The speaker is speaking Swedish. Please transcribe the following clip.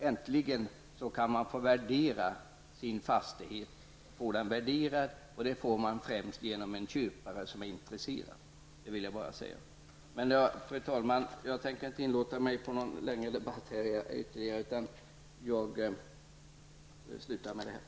Äntligen kan man få sin fastighet värderad, och det får man främst genom en köpare som är intresserad. Fru talman! Jag tänker inte inlåta mig på någon längre debatt, utan jag slutar med detta.